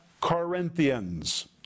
Corinthians